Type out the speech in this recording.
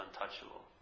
untouchable